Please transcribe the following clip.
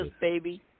baby